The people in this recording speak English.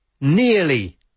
nearly